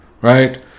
right